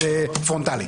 או שר הבינוי והשיכון.